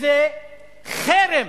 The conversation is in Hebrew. וזה חרם.